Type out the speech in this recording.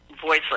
voiceless